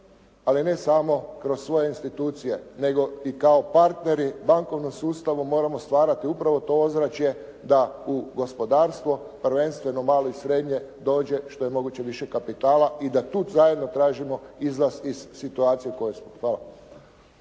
ali ne samo kroz svoje institucije, nego i kao partneri bankovnim sustavom moramo stvarati upravo to ozračje da u gospodarstvo prvenstveno malo i srednje dođe što je moguće više kapitala i da tu zajedno tražimo izlaz iz situacije u kojoj smo. Hvala.